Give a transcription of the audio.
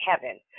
heaven